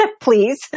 please